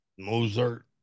Mozart